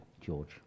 George